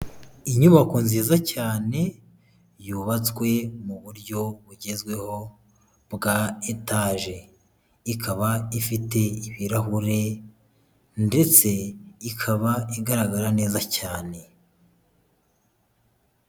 Inyubako nziza cyane yubatswe mu buryo bugezweho bwa etaje, ikaba ifite ibirahure ndetse ikaba igaragara neza cyane.